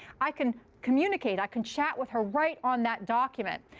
i can communicate. i can chat with her right on that document.